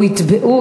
או יתבעו,